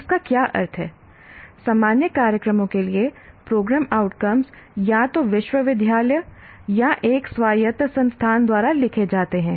इसका क्या अर्थ है सामान्य कार्यक्रमों के लिए प्रोग्राम आउटकम्स या तो विश्वविद्यालय या एक स्वायत्त संस्थान द्वारा लिखे जाते हैं